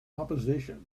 opposition